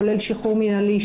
כולל שחרור מינהלי,